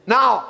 Now